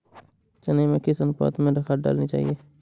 चने में किस अनुपात में खाद डालनी चाहिए?